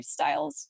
lifestyles